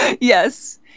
Yes